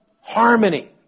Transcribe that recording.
harmony